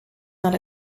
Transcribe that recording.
not